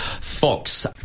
Fox